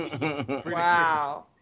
Wow